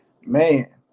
Man